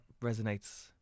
resonates